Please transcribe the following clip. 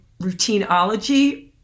routineology